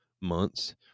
months